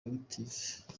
active